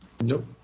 Nope